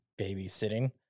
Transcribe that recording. babysitting